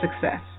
success